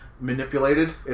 manipulated